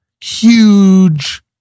huge